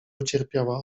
ucierpiała